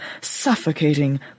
suffocating